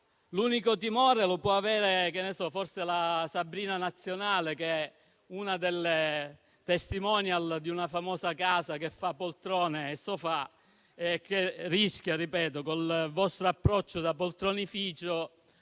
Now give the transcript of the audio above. L'unico timore lo può avere forse la "Sabrina nazionale", che è una delle *testimonial* di una famosa casa produttrice di poltrone e sofà e che rischia, con il vostro approccio da poltronificio,